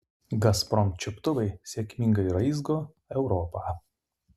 gazprom čiuptuvai sėkmingai raizgo europą